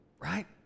Right